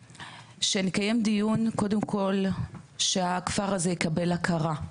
שנקיים דיון קודם כל שהכפר הזה יקבל הכרה.